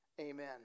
Amen